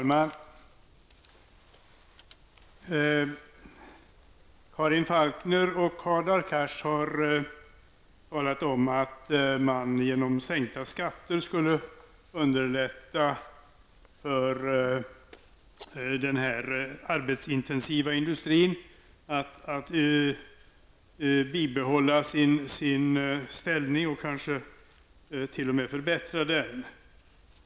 Herr talman! Karin Falkmer och Hadar Cars har talat om att man genom sänkta skatter skulle underlätta för den arbetsintensiva tekoindustrin att bibehålla sin ställning och kanske t.o.m. förbättra den.